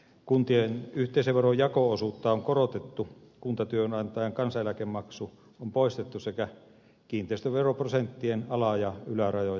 kuntien yhteisöverojako osuutta on korotettu kuntatyönantajan kansaneläkemaksu on poistettu sekä kiinteistöveroprosenttien ala ja ylärajoja on nostettu